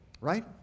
right